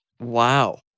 Wow